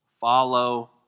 Follow